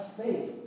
faith